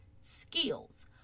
skills